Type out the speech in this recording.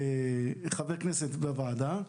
ראובן היה אז חבר כנסת, חבר בוועדה.